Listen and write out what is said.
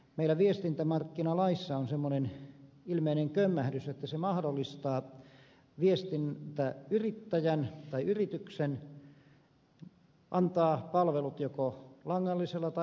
meillä viestintämarkkinalaissa on semmoinen ilmeinen kömmähdys että se mahdollistaa viestintäyrittäjän tai yrityksen antaa palvelut joko langallisella tai langattomalla verkolla